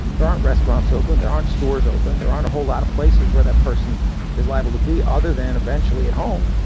there aren't restaurants open. there aren't stores open. there aren't a whole lotta places where that person is liable to be other than eventually at home.